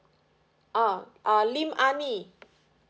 uh ah lim ah nie